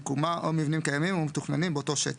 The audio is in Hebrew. מיקומה או מבנים קיימים ומתוכננים באותו שטח,